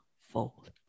fold